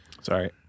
Sorry